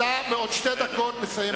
בעוד שתי דקות אתה מסיים את דבריך.